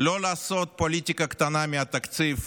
לא לעשות פוליטיקה קטנה מהתקציב,